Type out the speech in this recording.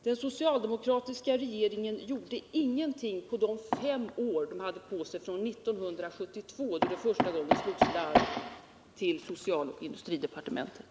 Den socia'demokratiska regeringen gjorde ingenting på de fem år som den hade på sig från 1972 då det första gången slogs larm till socialoch industridepartementen.